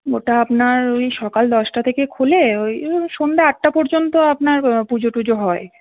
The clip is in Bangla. ওটা আপনার ওই সকাল দশটা থেকে খোলে ওই ধরুন সন্ধ্যা আটটা পর্যন্ত আপনার পুজো টুজো হয়